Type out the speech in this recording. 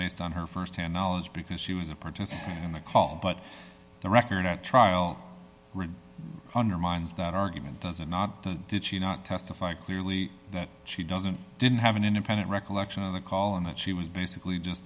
based on her firsthand knowledge because she was a participant in the call but the record at trial undermines that argument doesn't not did she not testify clearly that she doesn't didn't have an independent recollection of the call and that she was basically just